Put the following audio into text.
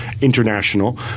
international